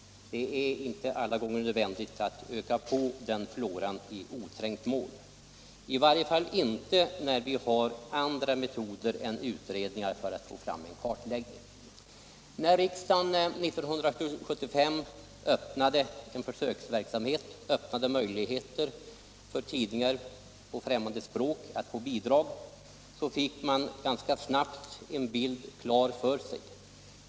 Det är inte alltid nödvändigt att öka på den floran i oträngt mål, i varje fall inte när vi har andra metoder än utredningar att tillgripa för att få en kartläggning av förhållandena. När riksdagen 1975 satte i gång en försöksverksamhet och öppnade möjligheter för tidningar på främmande språk att få bidrag fick man ganska snabbt bilden klar för sig.